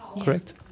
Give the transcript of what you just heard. correct